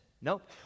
Nope